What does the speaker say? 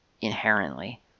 inherently